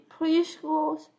preschools